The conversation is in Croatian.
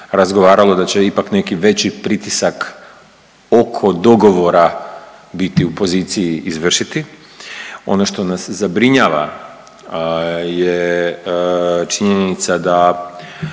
razgovaralo, da će ipak neki veći pritisak oko dogovora biti u poziciji izvršiti. Ono što nam zabrinjava je činjenica da